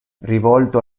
rivolto